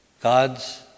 God's